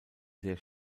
sehr